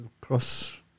cross